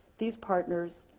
these partners,